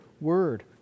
word